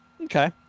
Okay